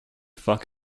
fuck